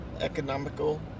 economical